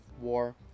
war